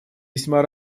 весьма